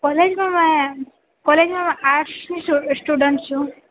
કોલેજમાં મેમ કોલેજમાં આર્ટસની સ્ટુડન્ટ છું